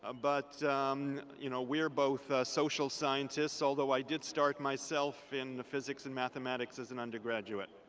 um but um you know we're both social scientists, although i did start myself in the physics and mathematics as an undergraduate.